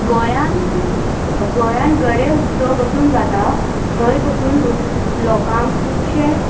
गोंयान गोंयान गडे उत्सव बसून जाता थंय बसून दुस लोकांक खुबशे